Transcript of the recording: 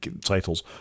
titles